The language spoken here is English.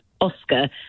Oscar